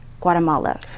Guatemala